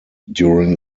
during